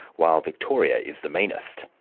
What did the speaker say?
while victoria is the meanest.